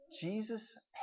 Jesus